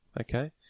okay